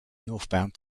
northbound